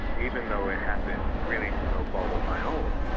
even though it happened really through no fault of my own,